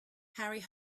harry